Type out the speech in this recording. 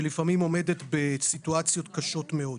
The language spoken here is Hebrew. שלפעמים עומדת בסיטואציות קשות מאוד.